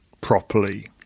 properly